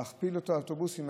להכפיל את האוטובוסים.